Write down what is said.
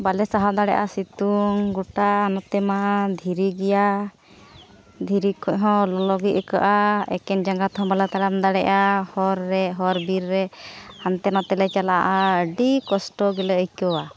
ᱵᱟᱞᱮ ᱥᱟᱦᱟᱣ ᱫᱟᱲᱮᱭᱟᱜᱼᱟ ᱥᱤᱛᱩᱝ ᱜᱳᱴᱟ ᱱᱚᱛᱮᱢᱟ ᱫᱷᱤᱨᱤ ᱜᱮᱭᱟ ᱫᱷᱤᱨᱤ ᱠᱷᱚᱡ ᱦᱚᱸ ᱞᱚᱞᱚᱜᱮ ᱟᱹᱭᱠᱟᱹᱜᱼᱟ ᱮᱠᱮᱱ ᱡᱟᱸᱜᱟ ᱛᱮᱦᱚᱸ ᱵᱟᱞᱮ ᱛᱟᱲᱟᱢ ᱫᱟᱲᱮᱭᱟᱜᱼᱟ ᱦᱚᱨ ᱨᱮ ᱦᱚᱨ ᱵᱤᱨ ᱨᱮ ᱦᱟᱱᱛᱮ ᱱᱟᱛᱮᱞᱮ ᱪᱟᱞᱟᱜᱼᱟ ᱟᱹᱰᱤ ᱠᱚᱥᱴᱚ ᱜᱮᱞᱮ ᱟᱹᱭᱠᱟᱹᱣᱟ